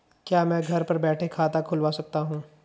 क्या मैं घर बैठे खाता खुलवा सकता हूँ?